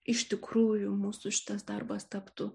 iš tikrųjų mūsų šitas darbas taptų